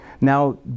Now